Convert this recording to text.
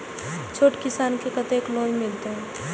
छोट किसान के कतेक लोन मिलते?